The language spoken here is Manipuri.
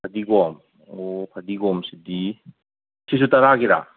ꯐꯗꯤꯒꯣꯝ ꯑꯣ ꯐꯗꯤꯒꯣꯝꯁꯤꯗꯤ ꯁꯤꯁꯨ ꯇꯔꯥꯒꯤꯔꯥ